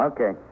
Okay